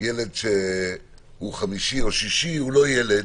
וילד חמישי או שישי הוא לא ילד.